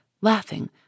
laughing